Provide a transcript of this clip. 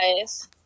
guys